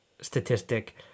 statistic